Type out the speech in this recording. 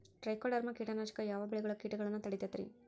Trichoderma ಕೇಟನಾಶಕ ಯಾವ ಬೆಳಿಗೊಳ ಕೇಟಗೊಳ್ನ ತಡಿತೇತಿರಿ?